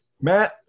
Matt